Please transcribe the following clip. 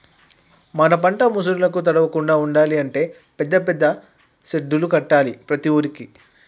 మన పంట ముసురులకు తడవకుండా ఉండాలి అంటే పెద్ద పెద్ద సెడ్డులు కట్టాలి ప్రతి ఊరుకి